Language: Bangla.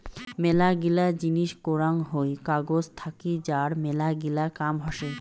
মেলাগিলা জিনিস করাং হই কাগজ থাকি যার মেলাগিলা কাম হসে